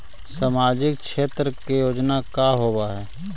सामाजिक क्षेत्र के योजना का होव हइ?